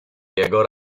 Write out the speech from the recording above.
jego